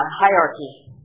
hierarchy